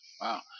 wow